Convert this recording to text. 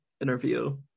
interview